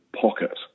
pocket